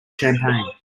champagne